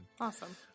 Awesome